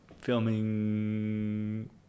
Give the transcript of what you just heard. filming